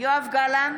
יואב גלנט,